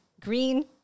green